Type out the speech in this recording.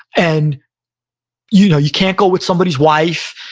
and you know you can't go with somebody's wife.